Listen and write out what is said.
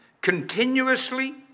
continuously